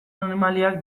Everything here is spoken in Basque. animaliak